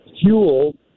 fuel